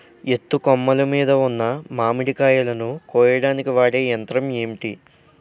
ఎత్తు కొమ్మలు మీద ఉన్న మామిడికాయలును కోయడానికి వాడే యంత్రం ఎంటి?